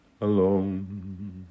alone